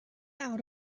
out